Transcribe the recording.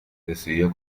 decidió